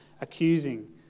accusing